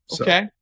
Okay